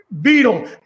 Beetle